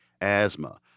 asthma